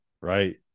right